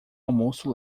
almoço